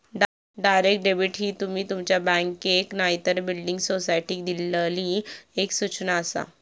direct debit ही तुमी तुमच्या बँकेक नायतर बिल्डिंग सोसायटीक दिल्लली एक सूचना आसा